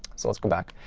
so let's go back.